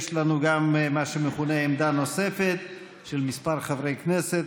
יש לנו גם מה שמכונה עמדה נוספת של כמה חברי כנסת.